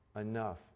enough